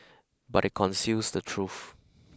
but it conceals the truth